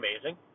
amazing